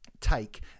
take